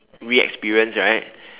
re experience right